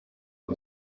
the